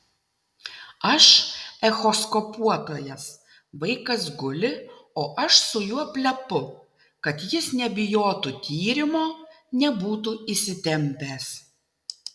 aš echoskopuotojas vaikas guli o aš su juo plepu kad jis nebijotų tyrimo nebūtų įsitempęs